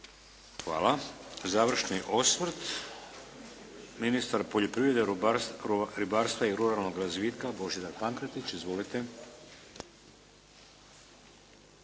Hvala. Završni osvrt ministar poljoprivrede, ribarstva i ruralnog razvitka Božidar Pankretić. Izvolite.